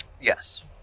Yes